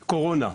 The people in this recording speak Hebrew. קורונה,